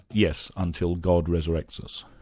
yes, until god resurrects us.